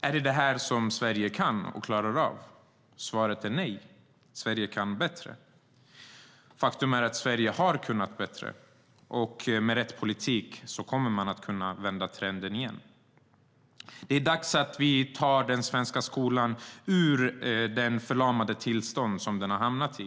Är det detta Sverige kan och klarar av? Svaret är nej. Sverige kan bättre. Faktum är att Sverige har kunnat bättre, och med rätt politik kommer man att kunna vända trenden igen. Det är dags att vi tar den svenska skolan ur det förlamade tillstånd den har hamnat i.